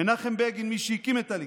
מנחם בגין, מי שהקים את הליכוד,